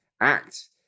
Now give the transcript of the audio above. act